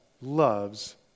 loves